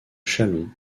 châlons